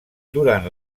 durant